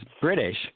British